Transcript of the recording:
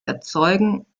erzeugen